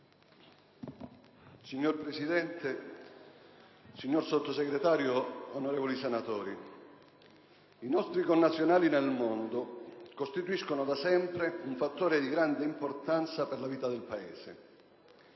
Signor Presidente, signor Sottosegretario, onorevoli senatori, i nostri connazionali nel mondo costituiscono da sempre un fattore di grande importanza per la vita del Paese.